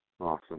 Awesome